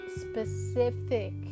specific